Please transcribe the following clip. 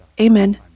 amen